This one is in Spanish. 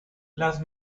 las